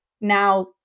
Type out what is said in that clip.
now